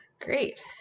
great